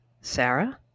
Sarah